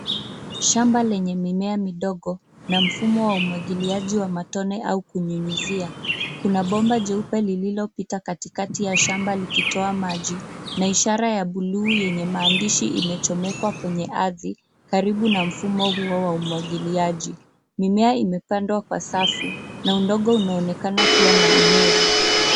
Shamba lenye mimea midogo na mfumo wa umwagiliaji wa matone au kunyunyizia. Kuna bomba jeupe lililopita katikati ya shamba likitoa maji na ishara ya buluu yenye maandishi imechomekwa kwenye arthi karibu na mfumo huo wa umwagiliaji. Mimea imepandwa kwa safu na udongo unaonekana kuwa na unyevu.